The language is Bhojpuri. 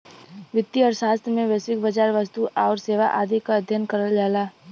वित्तीय अर्थशास्त्र में वैश्विक बाजार, वस्तु आउर सेवा आदि क अध्ययन करल जाला